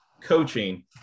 coaching